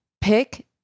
pick